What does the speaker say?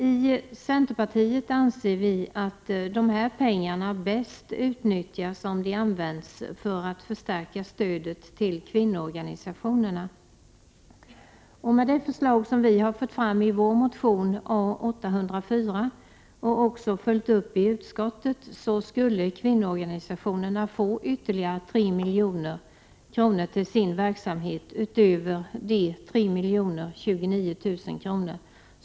I centerpartiet anser vi att dessa pengar bäst utnyttjas om de används för att förstärka stödet till kvinnoorganisationerna. Med det förslag vi fört fram i vår motion A804, och också följt upp i utskottet, skulle kvinnoorganisationerna få ytterligare 3 milj.kr. till sin verksamhet utöver de 3 029 000 kr.